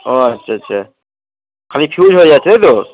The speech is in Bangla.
ও আচ্ছা আচ্ছা খালি ফিউজ হয়ে যাচ্ছে তাই তো